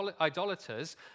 idolaters